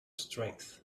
strengths